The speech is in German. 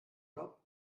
job